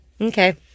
okay